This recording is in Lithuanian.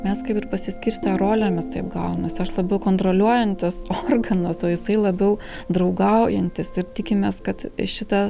mes kaip ir pasiskirstę rolėmis taip gaunas aš labiau kontroliuojantis organas o jisai labiau draugaujantis ir tikimės kad šita